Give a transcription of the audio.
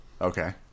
Okay